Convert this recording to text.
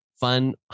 fun